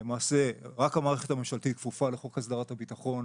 ולמעשה רק המערכת הממשלתית כפופה לחוק הסדרת הביטחון.